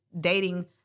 dating